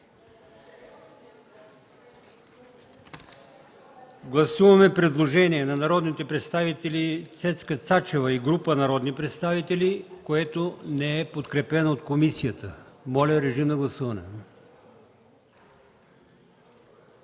чл. 65 – предложение от народните представители Цецка Цачева и група народни представители, което не е подкрепено от комисията. Гласували